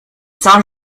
saint